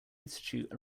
institute